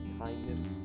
kindness